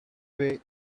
way